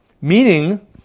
meaning